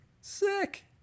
Sick